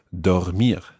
Dormir